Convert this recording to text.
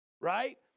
Right